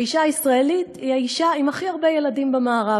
האישה הישראלית היא האישה עם הכי הרבה ילדים במערב,